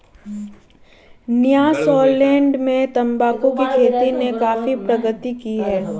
Nyasaland में तंबाकू की खेती ने काफी प्रगति की है